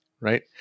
right